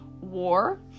war